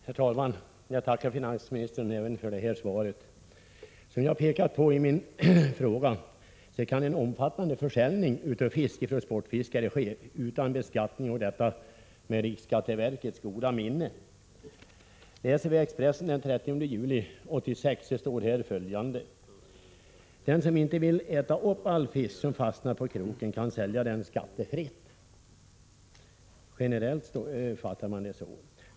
Herr talman! Jag tackar finansministern även för detta svar. Som jag påpekat i min fråga kan sportfiskare bedriva en omfattande försäljning av fisk utan att beskattas — och detta med riksskatteverkets goda minne. I tidningen Expressen den 30 juli står följande: ”Den som inte vill äta upp all fisk som fastnat på kroken kan sälja den. Skattefritt.